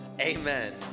Amen